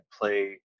play